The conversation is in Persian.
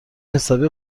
حسابی